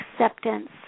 acceptance